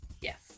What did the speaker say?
yes